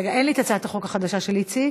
אין לי את הצעת החוק החדשה של איציק.